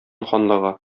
ханлыгы